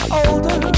older